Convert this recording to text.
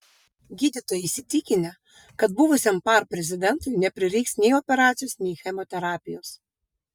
gydytojai įsitikinę kad buvusiam par prezidentui neprireiks nei operacijos nei chemoterapijos